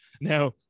Now